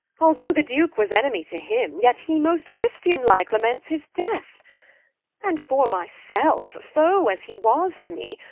although the duke was enemie to him, yet he most christian-like laments his death and for my selfe, foe as he was to me,